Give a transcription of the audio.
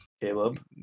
Caleb